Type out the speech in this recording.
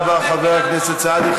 תודה רבה, חבר הכנסת סעדי.